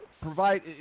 provide